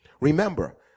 Remember